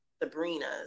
Sabrina's